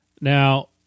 Now